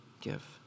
give